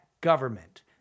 government